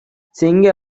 சிங்க